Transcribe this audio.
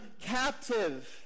captive